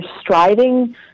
striving